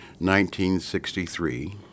1963